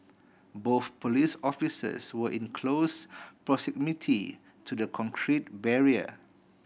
both police officers were in close proximity to the concrete barrier